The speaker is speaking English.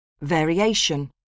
Variation